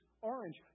orange